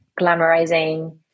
glamorizing